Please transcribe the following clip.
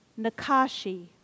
Nakashi